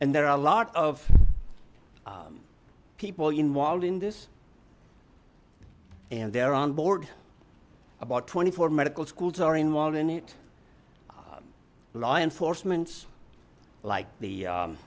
and there are a lot of people involved in this and they're on board about twenty four medical schools are involved in it law enforcement's like the